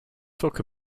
talk